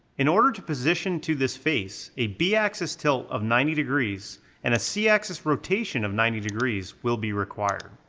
in order to position to this face, a b-axis tilt of ninety degrees and a c-axis rotation of ninety degrees will be required.